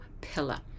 pillar